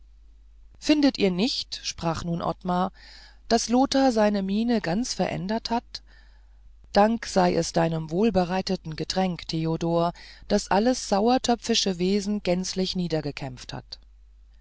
findet ihr nicht sprach nun ottmar daß lothar seine miene ganz verändert hat dank sei es deinem wohlbereiteten getränk theodor das alles sauertöpfische wesen gänzlich niedergekämpft hat